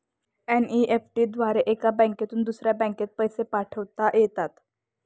NEFT द्वारे एका बँकेतून दुसऱ्या बँकेत पैसे पाठवता येतात